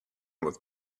with